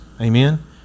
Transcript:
Amen